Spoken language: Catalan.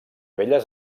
belles